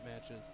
matches